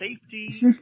safety